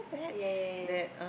ya ya ya